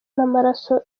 n’amaraso